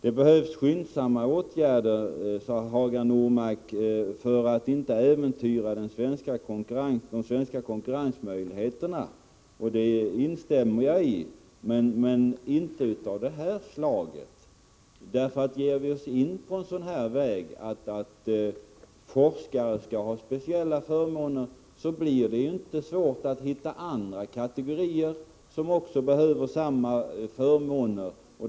Det behövs skyndsamma åtgärder, sade Hagar Normark, för att inte äventyra de svenska konkurrensmöjligheterna. Detta instämmer jag i — men de skall inte vara av det här slaget. Ger vi oss in på en sådan här väg, att forskare skall ha speciella förmåner, blir det inte svårt att hitta andra kategorier som behöver samma förmåner.